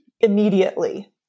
immediately